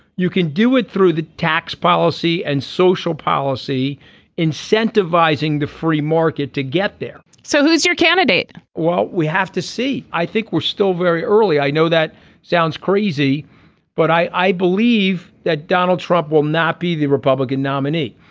you can do it through the tax policy and social policy incentivizing the free market to get there so who's your candidate well we have to see i think we're still very early i know that sounds crazy but i believe that donald trump will not be the republican nominee.